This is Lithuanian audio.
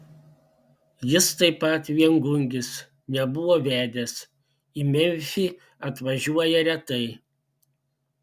jis taip pat viengungis nebuvo vedęs į memfį atvažiuoja retai